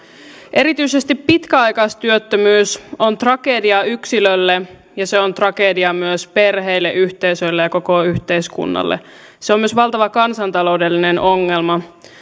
erityisesti pitkäaikaistyöttömyys on tragedia yksilölle ja se on tragedia myös perheille yhteisöille ja koko yhteiskunnalle se on myös valtava kansantaloudellinen ongelma